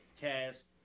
cast